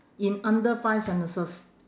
in under five sentences